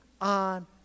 on